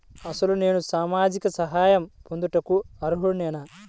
అసలు నేను సామాజిక సహాయం పొందుటకు అర్హుడనేన?